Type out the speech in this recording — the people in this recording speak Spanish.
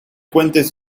cuentes